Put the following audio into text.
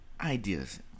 ideas